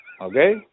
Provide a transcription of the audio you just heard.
Okay